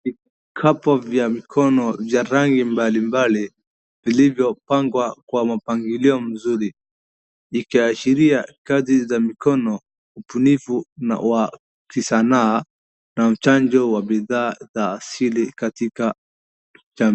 Vikapu vya mikono vya rangi mbali mbali vilivyopangwa kwa mpangilio mzuri. Ikiashiria kazi za mikono ubunifu na wakisanaa na uchonjo wa bidhaa asili katika jamii.